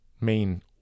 main